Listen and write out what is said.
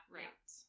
right